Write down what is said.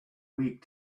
weak